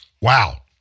Wow